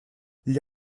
gli